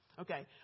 Okay